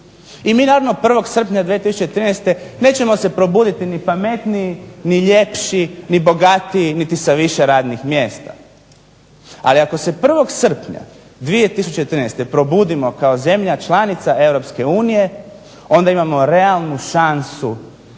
I mi naravno 1. srpnja 2013. nećemo se probuditi ni pametniji ni ljepši ni bogatiji, niti sa više radnih mjesta. Ali ako se 1. srpnja 2013. probudimo kao zemlja članica Europske unije onda imamo realnu šansu